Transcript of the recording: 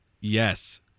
Yes